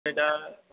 आमफाय दा